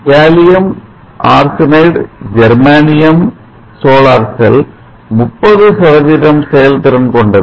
gallium arsenide germanium solar cell 30 செயல்திறன் கொண்டது